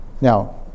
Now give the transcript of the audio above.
Now